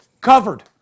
covered